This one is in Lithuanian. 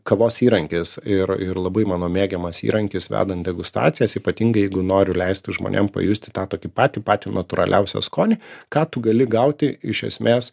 kavos įrankis ir ir labai mano mėgiamas įrankis vedant degustacijas ypatingai jeigu noriu leisti žmonėm pajusti tą tokį patį patį natūraliausią skonį ką tu gali gauti iš esmės